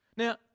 Now